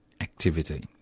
activity